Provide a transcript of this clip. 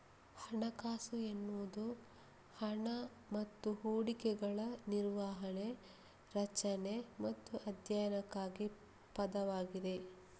ಹಣಕಾಸು ಎನ್ನುವುದು ಹಣ ಮತ್ತು ಹೂಡಿಕೆಗಳ ನಿರ್ವಹಣೆ, ರಚನೆ ಮತ್ತು ಅಧ್ಯಯನಕ್ಕಾಗಿ ಪದವಾಗಿದೆ